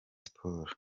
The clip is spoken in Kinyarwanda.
sports